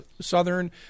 Southern